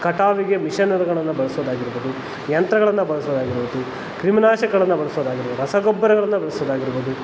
ಕಟಾವಿಗೆ ಮಿಷನರುಗಳನ್ನು ಬಳಸೋದಾಗಿರ್ಬೌದು ಯಂತ್ರಗಳನ್ನು ಬಳಸೋದಾಗಿರ್ಬೌದು ಕ್ರಿಮಿನಾಶಕಗಳನ್ನು ಬಳಸೋದಾಗಿರ್ಬೌದು ರಸಗೊಬ್ಬರಗಳನ್ನು ಬಳಸೋದಾಗಿರ್ಬೌದು